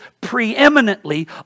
preeminently